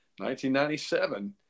1997